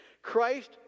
Christ